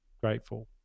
grateful